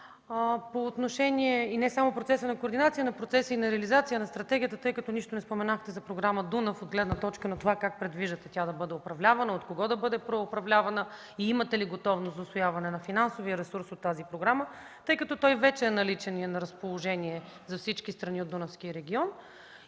координация? И не само на процеса на координация, но и процеса на реализация на стратегията, тъй като нищо не споменахте за Програма „Дунав” от гледна точка на това, как предвиждате тя да бъде управлявана, от кого да бъде управлявана и имате ли готовност за усвояване на финансовия ресурс на тази програма, тъй като той вече е наличен и е на разположение на всички страни от Дунавския регион?